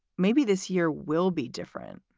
maybe this year will be different?